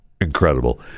incredible